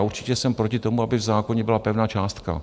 Určitě jsem proti tomu, aby v zákoně byla pevná částka.